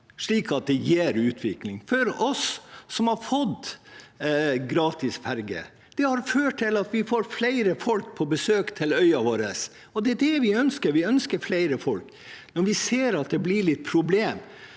slik at det gir utvikling. For oss som har fått gratis ferje, har det ført til at vi får flere folk på besøk til øya vår. Det er det vi ønsker: Vi ønsker flere folk. Når vi ser at det blir et problem,